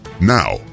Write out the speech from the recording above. Now